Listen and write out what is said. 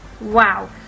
Wow